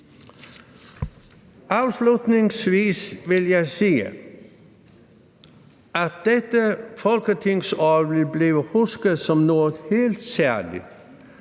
Afslutningsvis vil jeg sige, at dette folketingsår vil blive husket som noget helt særligt.